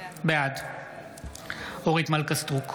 בעד אורית מלכה סטרוק,